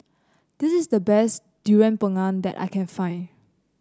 this is the best Durian Pengat that I can find